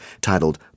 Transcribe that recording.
titled